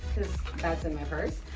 that's in my purse.